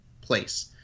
place